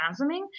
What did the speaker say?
spasming